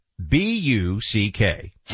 B-U-C-K